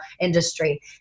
industry